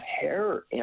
hair